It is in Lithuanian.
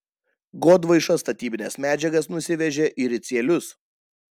godvaiša statybines medžiagas nusivežė į ricielius